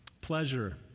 pleasure